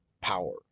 power